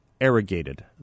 arrogated